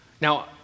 Now